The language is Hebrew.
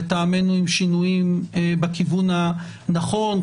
לטעמנו הם שינויים בכיוון הנכון,